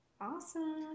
Awesome